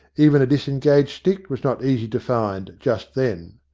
even a disengaged stick was not easy to find just then.